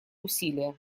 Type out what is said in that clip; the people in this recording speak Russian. усилия